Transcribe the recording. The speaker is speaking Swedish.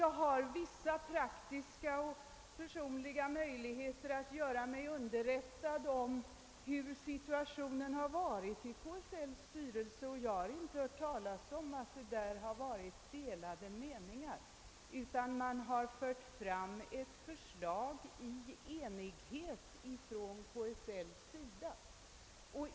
Jag har vissa praktiska och personliga möjligheter att göra mig underrättad om hur situationen har varit i KSL:s styrelse, och jag har inte hört talas om att det där har varit delade meningar, utan KSL har fört fram ett förslag i enighet.